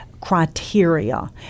criteria